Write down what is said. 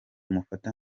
mufata